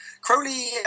Crowley